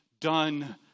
done